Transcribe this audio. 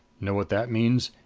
know what that means?